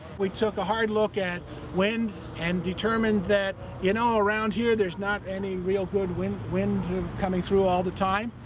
we took a hard look at wind and determined that, you know around here, there's not really any real good wind wind coming through all the time.